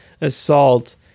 assault